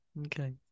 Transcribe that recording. Okay